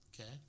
Okay